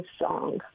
song